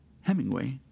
Hemingway